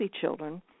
children